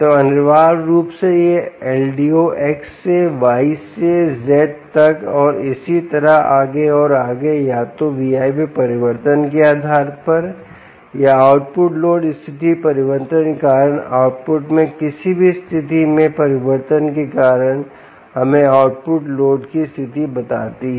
तो अनिवार्य रूप से यह LDO x से y से z तक और इसी तरह आगे और आगे या तो Vi में परिवर्तन के आधार पर या आउटपुट लोड स्थिति परिवर्तन के कारण आउटपुट में किसी भी स्थिति में परिवर्तन के कारण हमें आउटपुट लोड की स्थिति बताती है